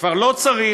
כבר לא צריך,